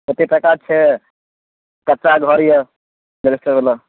कच्चा घर यऽ